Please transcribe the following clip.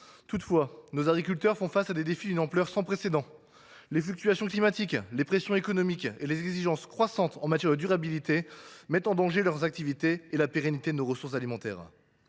Toutefois, nos agriculteurs font face à des défis d’une ampleur sans précédent. Les fluctuations climatiques, les pressions économiques et les exigences croissantes en matière de durabilité mettent en danger leur activité et la pérennité de nos ressources alimentaires.